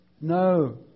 No